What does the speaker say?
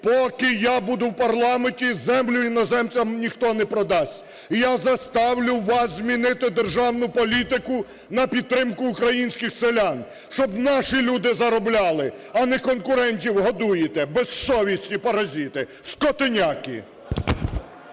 Поки я буду в парламенті, землю іноземцям ніхто не продасть. І я заставлю вас змінити державну політику на підтримку українських селян, щоб наші люди заробляли, а не конкурентів годуєте. Безсовісні, паразити, скотиняки!